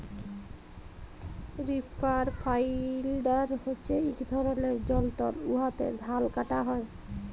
reaper binder হছে ইক ধরলের যল্তর উয়াতে ধাল কাটা হ্যয়